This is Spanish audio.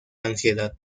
ansiedad